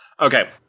Okay